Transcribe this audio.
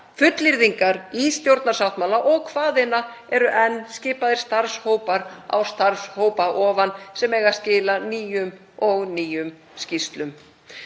fullyrðingar í stjórnarsáttmála og hvaðeina, eru enn skipaðir starfshópar á starfshópa ofan sem eiga að skila nýjum og nýjum skýrslum.